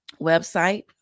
website